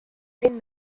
linn